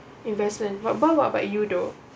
investment what what what about you though